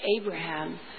Abraham